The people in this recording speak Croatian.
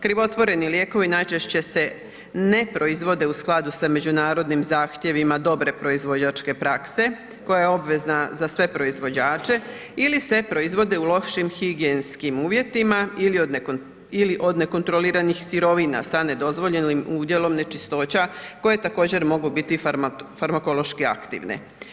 Krivotvoreni lijekovi najčešće se ne proizvode u skladu sa međunarodnim zahtjevima dobre proizvođačke prakse koja je obvezna za sve proizvođače ili se proizvode u lošim higijenskim uvjetima ili od nekontroliranih sirovina sa nedozvoljenim udjelom nečistoća koje također mogu biti farmakološki aktivne.